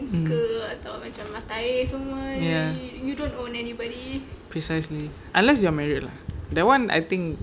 um ya precisely unless you're married lah that [one] I think